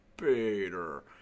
Peter